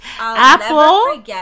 Apple